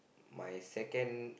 my second